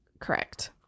Correct